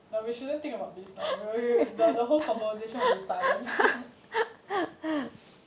but we shouldn't think about this now the the whole conversation will be silence